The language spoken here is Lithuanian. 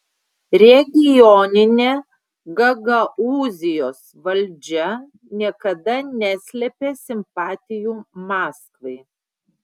regioninė gagaūzijos valdžia niekada neslėpė simpatijų maskvai